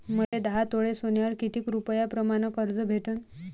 मले दहा तोळे सोन्यावर कितीक रुपया प्रमाण कर्ज भेटन?